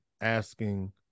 asking